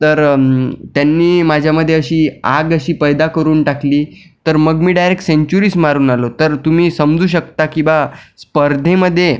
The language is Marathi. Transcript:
तर त्यांनी माझ्यामध्ये अशी आग अशी पैदा करून टाकली तर मग मी डायरेक्ट सेंचुरीच मारून आलो तुम्ही समजू शकता की बा स्पर्धेमध्ये